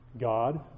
God